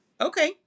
okay